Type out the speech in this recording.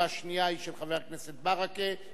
והשנייה היא של חבר הכנסת ברכה.